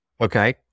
Okay